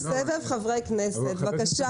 חבר הכנסת מרגי, בבקשה.